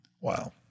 Wow